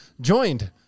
joined